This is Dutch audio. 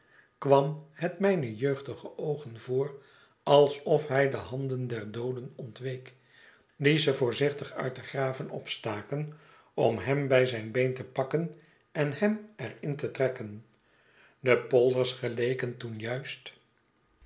kwam het mijne jeugdige oogen voor alsof hij de handen der dooden ontweek die ze voorzichtig uit de graven opstaken om hem bij zijn been te pakken en hem er in te trekken de polders geleken toen juist